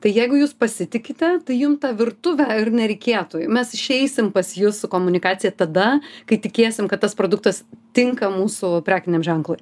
tai jeigu jūs pasitikite tai jum tą virtuvę ir nereikėtų mes išeisim pas jus su komunikacija tada kai tikėsim kad tas produktas tinka mūsų prekiniam ženklui